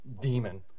demon